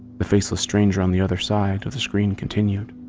the faceless stranger on the other side of the screen continued.